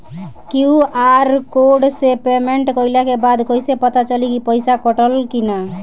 QR code से payment कईला के बाद कईसे पता चली की पैसा कटल की ना?